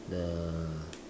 the